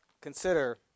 consider